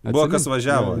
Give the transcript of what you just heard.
buvo kas važiavo